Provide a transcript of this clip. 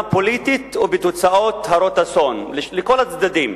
פוליטית ובתוצאות הרות אסון לכל הצדדים.